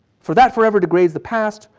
for that forever degrades the past,